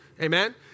Amen